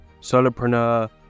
solopreneur